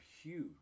huge